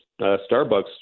Starbucks